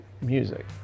music